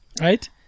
right